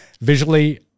visually